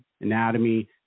anatomy